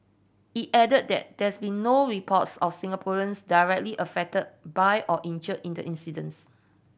it added that there's no reports of Singaporeans directly affected by or injured in the incidents